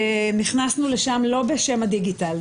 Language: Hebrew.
נכנסנו לשם לא בשם הדיגיטל.